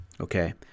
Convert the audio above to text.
Okay